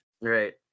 Right